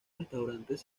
restaurantes